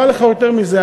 אומר לך יותר מזה,